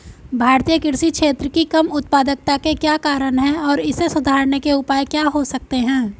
भारतीय कृषि क्षेत्र की कम उत्पादकता के क्या कारण हैं और इसे सुधारने के उपाय क्या हो सकते हैं?